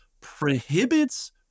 prohibits